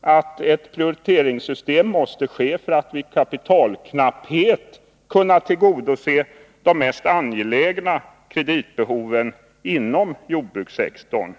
att ett prioriteringssystem måste skapas för att vid kapitalknapphet kunna tillgodose de mest angelägna kreditbehoven inom jordbrukssektorn.